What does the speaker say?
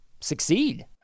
succeed